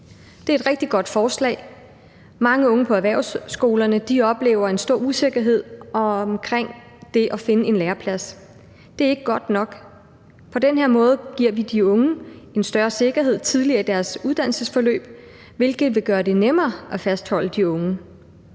Det er et rigtig godt forslag. Mange unge på erhvervsskolerne oplever en stor usikkerhed omkring det at finde en læreplads. Det er ikke godt nok. På den her måde giver vi de unge en større sikkerhed tidligere i deres uddannelsesforløb, hvilket vil gøre det nemmere at fastholde de unge,